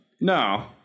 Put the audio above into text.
No